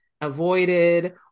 avoided